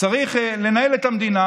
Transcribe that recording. צריך לנהל את המדינה,